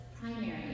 primary